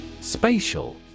Spatial